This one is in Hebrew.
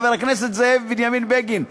חבר הכנסת זאב בנימין בגין,